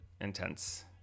intense